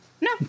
No